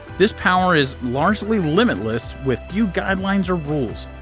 this power is largely limitless, with few guidelines or rules,